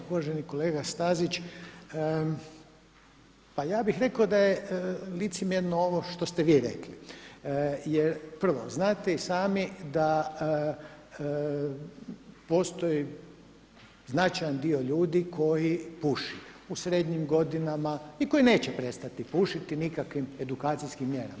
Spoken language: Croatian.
Uvaženi kolega Stazić, pa ja bih rekao da je licemjerno ovo što ste vi rekli jer prvo, znate i sami da postoji značajan dio ljudi koji puši u srednjim godinama i koji neće prestati pušiti nikakvim edukacijskim mjerama.